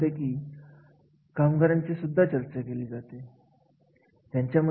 कार्याचे वर्णन कार्याची वैशिष्ट्ये यामधून मिळत असते